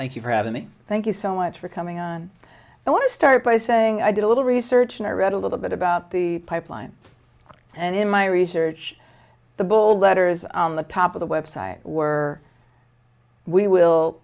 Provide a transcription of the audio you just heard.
me thank you so much for coming on i want to start by saying i did a little research and i read a little bit about the pipeline and in my research the bull letters on the top of the website were we will